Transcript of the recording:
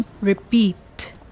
repeat